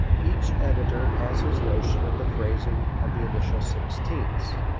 each editor has his notion of the phrasing of the initial sixteenths.